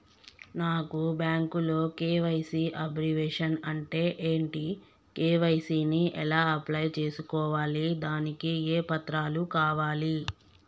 నాకు బ్యాంకులో KYC abbreviation అంటే ఏంటి కే.వై.సీ ని ఎలా అప్లై చేసుకోవాలి దానికి ఏ పత్రాలు కావాలి?